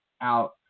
out